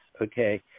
okay